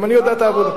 גם אני יודע את העבודה.